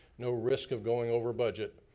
no risk of going over budget.